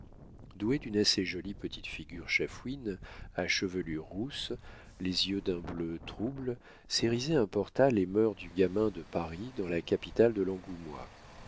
doué d'une assez jolie petite figure chafouine à chevelure rousse les yeux d'un bleu trouble cérizet importa les mœurs du gamin de paris dans la capitale de l'angoumois